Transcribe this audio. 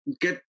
get